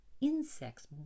Insects